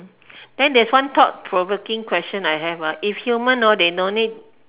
then there's one thought provoking question I have ah if human hor they no need